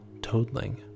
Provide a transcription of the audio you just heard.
toadling